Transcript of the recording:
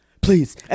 please